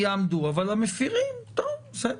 יעמדו, אבל המפרים טוב, בסדר.